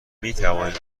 میتوانید